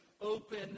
open